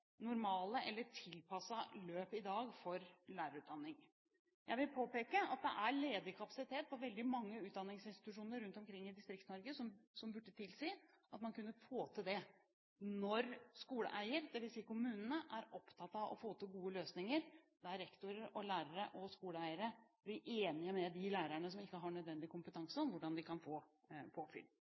normale eller tilpassede utdanningsløp i dag for lærerutdanning. Jeg vil påpeke at det er ledig kapasitet på veldig mange utdanningsinstitusjoner rundt omkring i Distrikts-Norge som burde tilsi at man kunne få til det når skoleeier, dvs. kommunene, er opptatt av å få til gode løsninger der rektorer, lærere og skoleeiere blir enige med de lærerne som ikke har nødvendig kompetanse, om hvordan de kan få